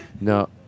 No